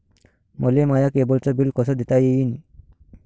मले माया केबलचं बिल कस देता येईन?